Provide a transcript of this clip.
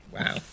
Wow